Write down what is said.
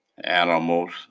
animals